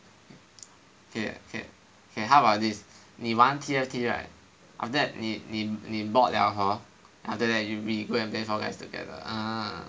okay how about this 你玩 T_F_T right then after that 你 bored 了 hor after that we go and play Fall Guys together ah